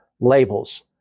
labels